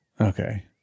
Okay